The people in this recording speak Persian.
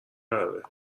قراره